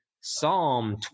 Psalm